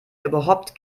überhaupt